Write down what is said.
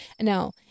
now